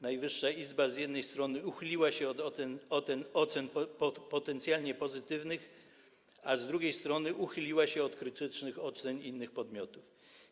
Najwyższa Izba Kontroli z jednej strony uchyliła się od ocen potencjalnie pozytywnych, a z drugiej strony uchyliła się od krytycznych ocen innych podmiotów.